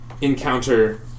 encounter